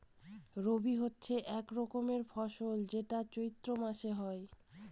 রবি হচ্ছে এক রকমের ফসল যেটা চৈত্র মাসে হয়